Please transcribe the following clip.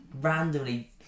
randomly